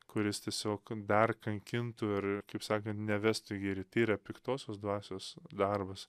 kuris tiesiog dar kankintų ir kaip sakant nevestų į gėrį tai yra piktosios dvasios darbas